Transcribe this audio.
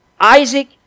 Isaac